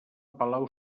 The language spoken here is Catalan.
palau